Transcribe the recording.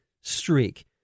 streak